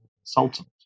consultant